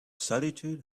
solitude